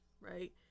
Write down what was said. right